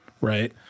right